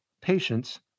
patients